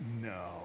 No